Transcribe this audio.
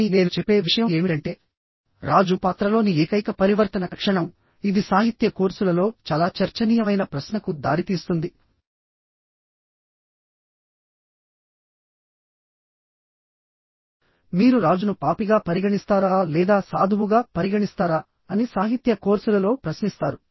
కానీ నేను చెప్పే విషయం ఏమిటంటేరాజు పాత్రలోని ఏకైక పరివర్తన క్షణంఇది సాహిత్య కోర్సులలో చాలా చర్చనీయమైన ప్రశ్నకు దారితీస్తుందిమీరు రాజును పాపిగా పరిగణిస్తారా లేదా సాధువుగా పరిగణిస్తారా అని సాహిత్య కోర్సులలో ప్రశ్నిస్తారు